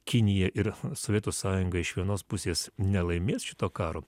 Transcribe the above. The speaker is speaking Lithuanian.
kinija ir sovietų sąjunga iš vienos pusės nelaimės šito karo